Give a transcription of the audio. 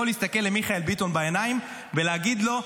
יכול להסתכל למיכאל ביטון בעיניים ולהגיד לו: